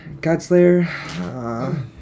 Godslayer